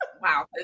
Wow